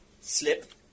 slip